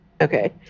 Okay